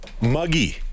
Muggy